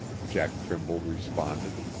jack trimble responded.